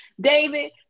David